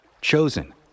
chosen